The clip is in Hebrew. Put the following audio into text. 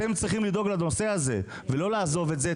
אתם צריכים לדאוג לנושא הזה, ולא לעזוב את זה.